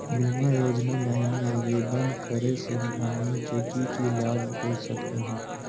बीमा योजना महिना आवेदन करै स हमनी के की की लाभ हो सकनी हे?